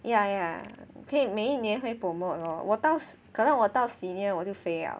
ya ya 可以每一年会 promote lor 我当时可能我到 senior 我就飞了